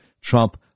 Trump